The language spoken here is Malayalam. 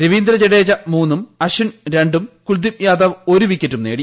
രവീന്ദ്ര ജഡേജ മൂന്നും അശ്വിൻ രണ്ടും കുൽദീപ് യാദവ് ഒരു വിക്കറ്റും നേടി